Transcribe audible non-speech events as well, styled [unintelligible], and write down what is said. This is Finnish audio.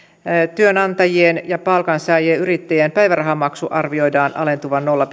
työnantajien ja palkansaajien ja yrittäjien päivärahanmaksun arvioidaan alentuvan nolla [unintelligible]